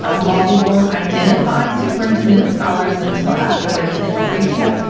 ah while we won't identify superintendant scholars until after their tenth grade test,